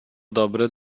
dobry